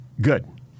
Good